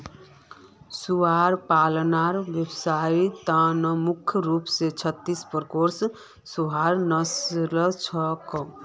सुअर पालनेर व्यवसायर त न मुख्य रूप स छत्तीस प्रकारेर सुअरेर नस्ल छेक